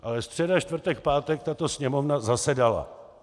Ale středa, čtvrtek, pátek tato Sněmovna zasedala.